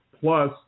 plus